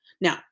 Now